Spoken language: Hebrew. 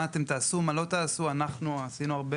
מה אתם תעשו ולא תעשו אנחנו עשינו הרבה